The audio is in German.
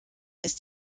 ist